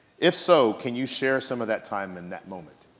if so, can you share some of that time and that moment?